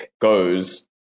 goes